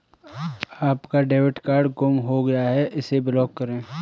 आपका debit card गुम हो गया है इसे ब्लॉक करें